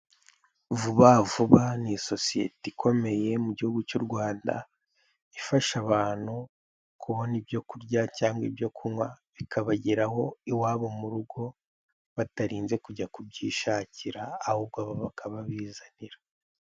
Vuba vuba ni sosiyete ikomeye mu gihugu cy'u Rwanda ifasha abantu kubona ibyo kurya cyangwa ibyo kunywa bikabageraho iwabo mu rugo batarinze kujya kubyishakira ahubwo bo bakabibazanira.